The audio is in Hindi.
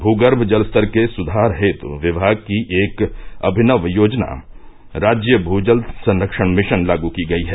भूगर्म जलस्तर के सुधार हेत् विभाग की एक अभिनव योजना राज्य भूजल संरक्षण मिशन लागू की गई है